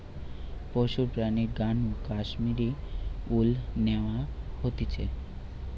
পশুর প্রাণীর গা নু কাশ্মীর উল ন্যাওয়া হতিছে